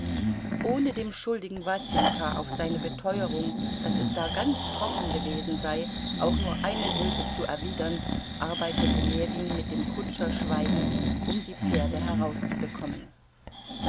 ohne dem schuldigen wasenka auf seine beteuerung daß es da ganz trocken gewesen sei auch nur eine silbe zu erwidern arbeitete ljewin mit dem kutscher schweigend um die pferde herauszubekommen